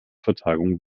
vertagung